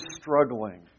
struggling